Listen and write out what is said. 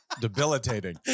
debilitating